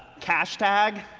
cash tag.